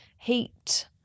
heat